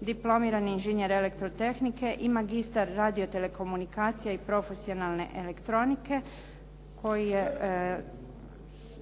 diplomirani inženjer elektrotehnike i magistar radio-telekomunikacija i profesionalne elektronike koji je